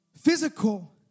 physical